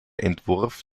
entwurf